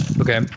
Okay